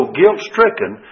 guilt-stricken